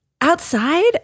Outside